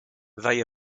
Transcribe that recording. they